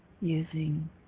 using